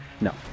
No